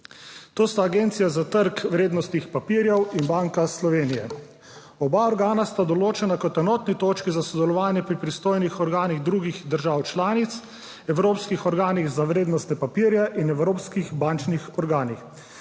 to sta Agencija za trg vrednostnih papirjev in Banka Slovenije. Oba organa sta določena kot enotni točki za sodelovanje pri pristojnih organih drugih držav članic, evropskih organih za vrednostne papirje in evropskih bančnih organih.